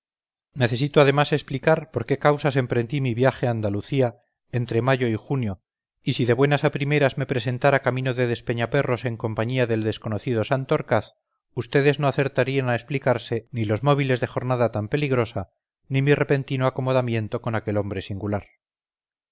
necesito además explicar por qué causas emprendí mi viaje a andalucía entre mayo y junio y si de buenas a primeras me presentara camino de despeñaperros en compañía del desconocido santorcaz vds no acertarían a explicarse ni los móviles de jornada tan peligrosa ni mi repentino acomodamiento con aquel hombre singular